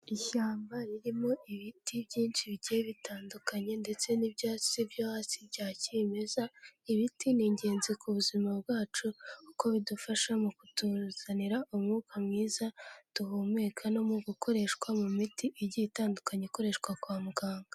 Ishyamba ririmo ibiti byinshi bigiye bitandukanye, ndetse n'ibyatsi byo hasi bya kimeza, ibiti ni ingenzi ku buzima bwacu, kuko bidufasha mu kutuzanira umwuka mwiza duhumeka, no mu gukoreshwa mu miti igiye itandukanye ikoreshwa kwa muganga.